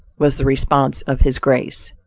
was the response of his grace.